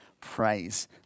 praise